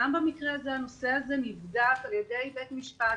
גם במקרה הזה הנושא הזה נבדק על ידי בית משפט,